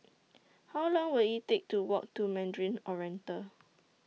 How Long Will IT Take to Walk to Mandarin Oriental